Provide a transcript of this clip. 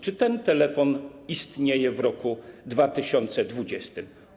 Czy ten telefon istnieje w roku 2020?